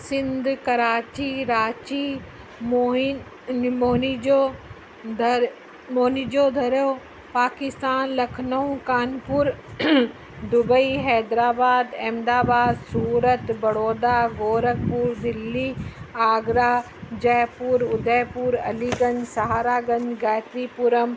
सिंध करांची रांची मोहिन निमौरी जो दर निमौनी जो धरियो पाकिस्तान लखनऊ कानपुर दुबई हैदराबाद अहमदाबाद सूरत बड़ौदा गोरखपुर दिल्ली आगरा जयपुर उदयपुर अलीगंज सहारागंज गायत्रीपुरम